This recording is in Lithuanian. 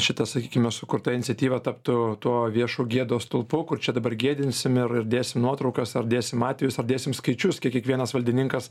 šita sakykime sukurta iniciatyva taptų tuo viešu gėdos stulpu kur čia dabar gėdinsim ir ir dėsim nuotraukas ar dėsim atvejus ar dėsim skaičius kiek kiekvienas valdininkas